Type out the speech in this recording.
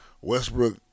Westbrook